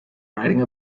riding